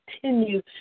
continue